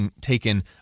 taken